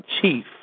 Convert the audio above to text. chief